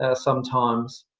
ah sometimes.